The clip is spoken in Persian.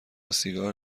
سیگار